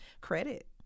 credit